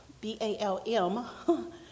B-A-L-M